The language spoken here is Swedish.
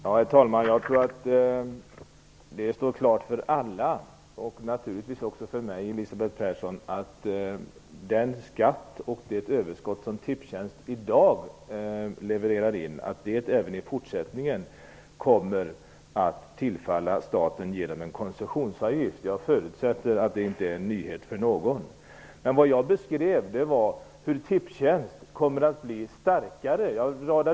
Herr talman! Jag tror att det står klart för alla, Elisabeth Persson, att den skatt och det överskott som Tipstjänst i dag levererar in även i fortsättningen kommer att tillfalla staten genom en koncessionsavgift. Jag förutsätter att detta inte är en nyhet för någon. Vad jag beskrev var hur Tipstjänst kommer att bli starkare.